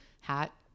hat